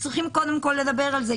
צריכים קודם כול לדבר על זה.